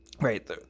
right